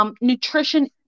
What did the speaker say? nutrition